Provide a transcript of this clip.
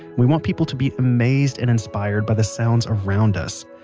we want people to be amazed and inspired by the sounds around us.